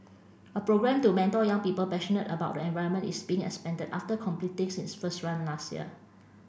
a programme to mentor young people passionate about the environment is being expanded after completing its first run last year